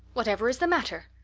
whatever is the matter?